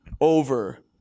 over